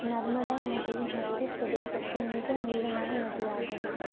நர்மதா நதி மத்தியப் பிரதேசத்தின் மிக நீளமான நதியாகும்